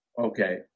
Okay